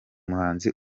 muhanzi